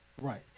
Right